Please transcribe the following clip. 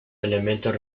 elementos